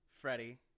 Freddie